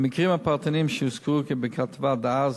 במקרים הפרטניים שהוזכרו בכתבה דאז,